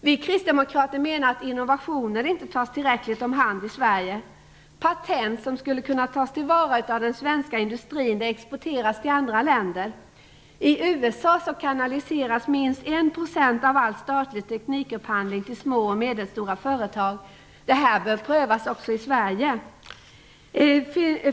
Vi kristdemokrater menar att innovationer inte tas tillräckligt om hand i Sverige. Patent som skulle kunna tas till vara av den svenska industrin exporteras till andra länder. I USA kanaliseras minst 1 % av all statlig teknikupphandling till små och medelstora företag. Det bör prövas också i Sverige.